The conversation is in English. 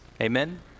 Amen